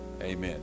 Amen